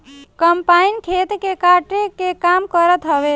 combine खेत के काटे के काम करत हवे